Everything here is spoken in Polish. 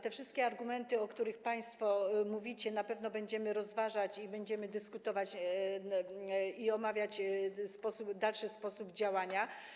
Te wszystkie argumenty, o których państwo mówicie, na pewno będziemy rozważać i będziemy dyskutować i omawiać sposób dalszego działania.